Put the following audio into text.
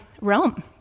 Rome